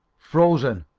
frozen!